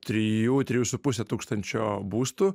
trijų trijų su puse tūkstančio būstų